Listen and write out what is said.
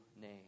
name